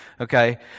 okay